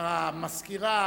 המזכירה,